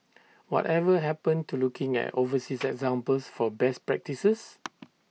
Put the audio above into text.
whatever happened to looking at overseas examples for best practices